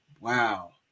Wow